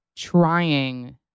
trying